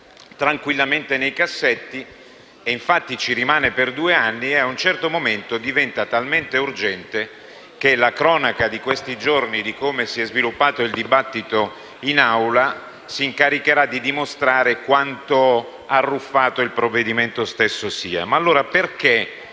tranquillamente nei cassetti e infatti ci rimane per due anni e a un certo momento diventa molto urgente, e la cronaca di questi giorni di come si è sviluppato il dibattito in Aula si incaricherà di dimostrare quanto arruffato sia il provvedimento stesso. Perché allora a